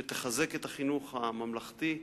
שתחזק את החינוך הממלכתי.